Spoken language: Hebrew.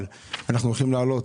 אבל אנחנו הולכים להעלות,